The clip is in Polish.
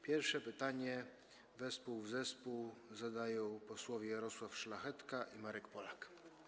Pierwsze pytanie wespół w zespół zadają posłowie Jarosław Szlachetka i Marek Polak.